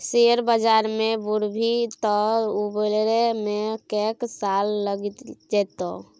share बजार मे बुरभी तँ उबरै मे कैक साल लगि जेतौ